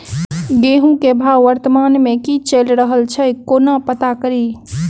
गेंहूँ केँ भाव वर्तमान मे की चैल रहल छै कोना पत्ता कड़ी?